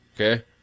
Okay